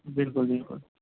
بالکل بالکل